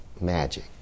magic